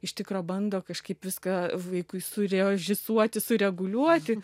iš tikro bando kažkaip viską vaikui surežisuoti sureguliuoti